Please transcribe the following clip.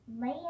lay